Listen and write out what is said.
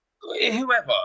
whoever